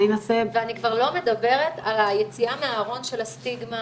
כבר לא מדברת על היציאה מהארון של הסטיגמה